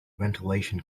ventilation